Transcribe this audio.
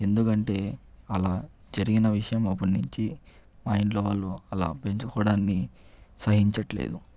ఎందుకంటే అలా జరిగిన విషయం అప్పటి నుంచి మా ఇంట్లో వాళ్ళు అలా పెంచుకోవడాన్ని సహించట్లేదు